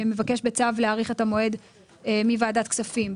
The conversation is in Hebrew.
מבקש בצו להאריך את המועד מוועדת כספים.